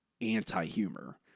anti-humor